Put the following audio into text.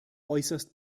äußerst